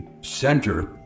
center